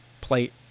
plate